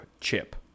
chip